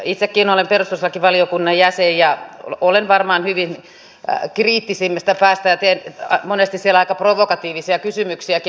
itsekin olen perustuslakivaliokunnan jäsen ja olen varmaan hyvinkin kriittisimmästä päästä ja teen monesti siellä aika provokatiivisia kysymyksiäkin